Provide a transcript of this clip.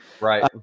Right